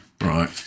Right